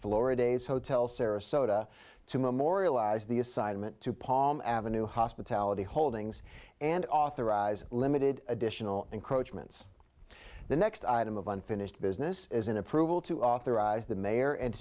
flora days hotel sarasota to memorialize the assignment to palm ave hospitality holdings and authorize limited additional encroachments the next item of unfinished business is an approval to authorize the mayor and